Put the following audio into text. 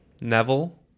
Neville